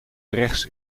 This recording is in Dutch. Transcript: rechts